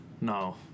No